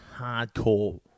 hardcore